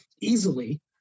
easily